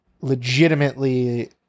legitimately